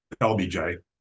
LBJ